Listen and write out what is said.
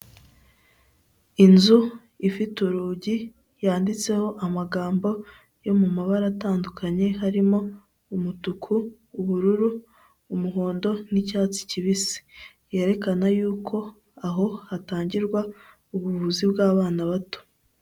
Inzu ifite urugi yanditseho amagambo yo mu mabara atandukanye harimo umutuku, ubururu, umuhondo n'icyatsi kibisi yerekana yuko aho hatangirwa ubuvuzi bw'abana bato.